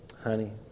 honey